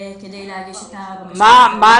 כדי להגיש את הבקשות --- רגע, מה נעשה